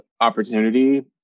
opportunity